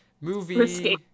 Movie